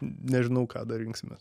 nežinau ką dar rinksimės